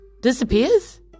disappears